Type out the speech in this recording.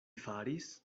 faris